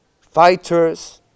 fighters